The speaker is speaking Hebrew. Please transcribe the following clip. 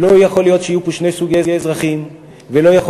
לא יכול להיות שיהיו פה שני סוגי אזרחים ולא יכול